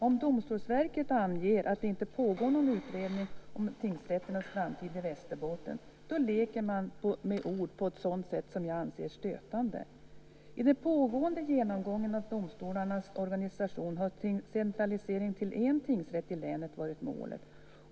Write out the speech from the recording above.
Om Domstolsverket anger att det inte pågår någon utredning om tingsrätternas framtid i Västerbotten leker man med ord på ett sätt som jag anser som stötande. I den pågående genomgången av domstolarnas organisation har centralisering till en tingsrätt i länet varit målet.